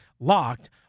Locked